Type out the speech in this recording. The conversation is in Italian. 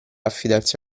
affidarsi